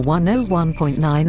101.9